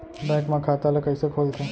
Bank म खाता ल कइसे खोलथे?